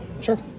Sure